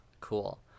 Cool